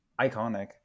Iconic